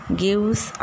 gives